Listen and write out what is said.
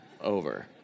over